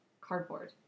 cardboard